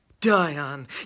dion